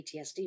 PTSD